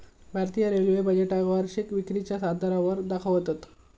भारतीय रेल्वे बजेटका वर्षीय विक्रीच्या आधारावर दाखवतत